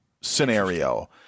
scenario